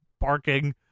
barking